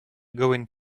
going